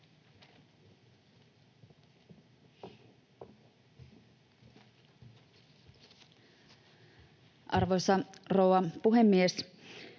Arvoisa rouva puhemies!